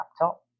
laptop